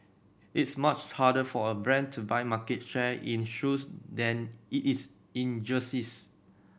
it's much harder for a brand to buy market share in shoes than it is in jerseys